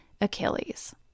Achilles